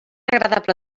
agradable